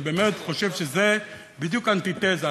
אני באמת חושב שזה בדיוק אנטי-תזה.